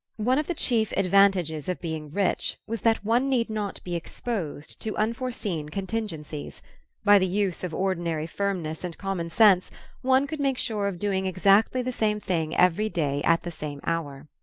one of the chief advantages of being rich was that one need not be exposed to unforeseen contingencies by the use of ordinary firmness and common sense one could make sure of doing exactly the same thing every day at the same hour.